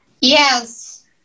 Yes